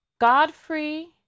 Godfrey